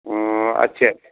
अच्छा अच्छा